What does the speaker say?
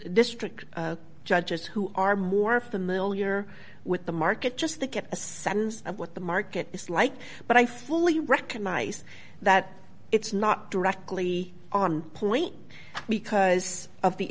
district judges who are more familiar with the market just the get a sense of what the market is like but i fully recognize that it's not directly on point because of the